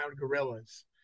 gorillas